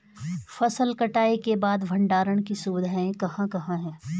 फसल कटाई के बाद भंडारण की सुविधाएं कहाँ कहाँ हैं?